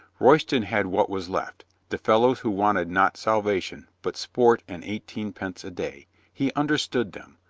roy ston had what was left, the fellows who wanted not salvation but sport and eighteen pence a day. he understood them.